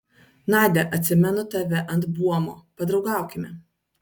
nadia atsimenu tave ant buomo padraugaukime